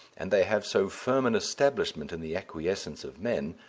and they have so firm an establishment in the acquiescence of men,